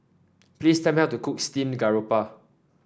please tell me how to cook Steamed Garoupa